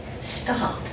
stop